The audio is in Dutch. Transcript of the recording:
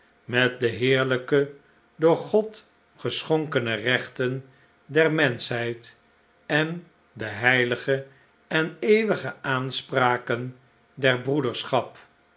met de heerlijke door god geschonkene rechten der menschheid en de heilige en eeuwige aanspraken der broederschap